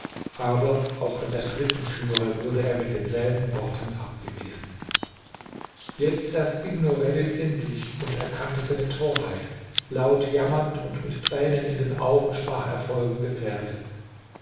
aber auch an der dritten türe wurde er mit denselben worten abgewiesen jetzt erst ging nureddin in sich und erkannte seine torheit laut jammernd und mit tränen in den augen sprach er folgende verse